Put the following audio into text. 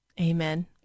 Amen